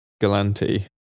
Galanti